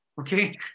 okay